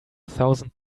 thousand